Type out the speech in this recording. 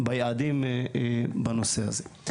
ביעדים בנושא הזה.